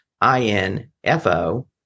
I-N-F-O